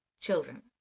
children